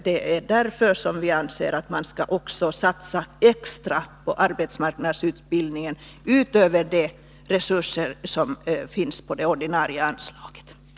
Det är därför vi anser att man skall satsa extra på arbetsmarknadsutbildningen, utöver de resurser som finns på det ordinarie anslaget.